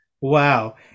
Wow